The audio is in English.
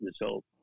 result